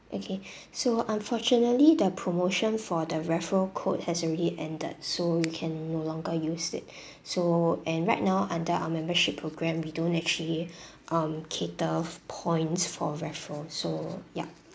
okay so unfortunately the promotion for the referral code has already ended so you can no longer use it so and right now under our membership program we don't actually um cater points for referral so yup